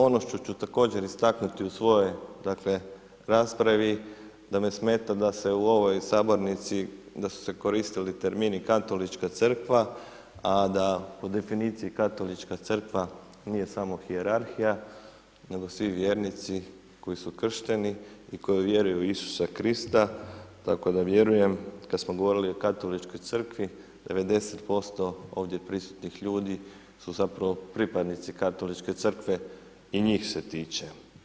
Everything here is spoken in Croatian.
Ono što ću također istaknuti u svojoj raspravi, da me smeta, da se u ovoj sabornici da su se koristili termini Katolička crkva, a da po definiciji Katolička crkva nije smo hijerarhija, nego svi vjerenici koji su kršteni i koji vjeruju u Isusa Krista, tako da vjerujem kada smo govorili o Katoličkoj crkvi, 90% ovdje prisutnih ljudi su zapravo pripadnici Katoličke crkve i njih se tiče.